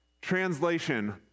Translation